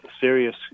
serious